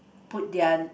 put their